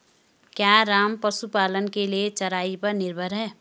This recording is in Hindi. क्या राम पशुपालन के लिए चराई पर निर्भर है?